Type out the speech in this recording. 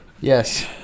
Yes